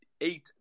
Eight